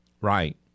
Right